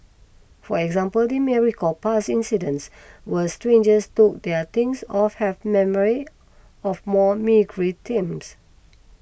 for example they may recall past incidents where strangers took their things or have memories of more meagre times